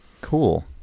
Cool